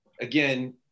again